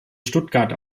stuttgart